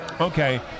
Okay